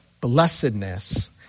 blessedness